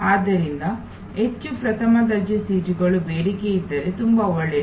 ಆದ್ದರಿಂದ ಹೆಚ್ಚು ಪ್ರಥಮ ದರ್ಜೆ ಸೀಟುಗಳು ಬೇಡಿಕೆಯಿದ್ದರೆ ತುಂಬಾ ಒಳ್ಳೆಯದು